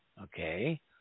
Okay